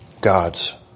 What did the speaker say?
God's